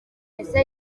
ese